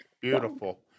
Beautiful